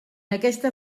aquesta